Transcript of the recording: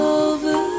over